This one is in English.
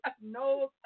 no